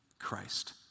Christ